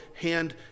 hand